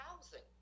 housing